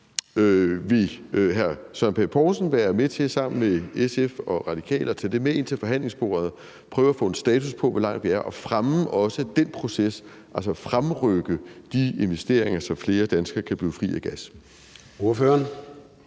Vil hr. Søren Pape Poulsen være med til sammen med SF og Radikale at tage det med ind til forhandlingsbordet og prøve at få en status på, hvor langt vi er, og også fremme den proces, altså fremrykke de investeringer, så flere danskere kan blive fri af gas?